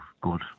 good